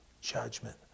judgment